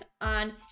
on